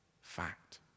fact